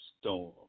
Storm